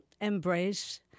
embrace